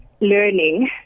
learning